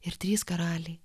ir trys karaliai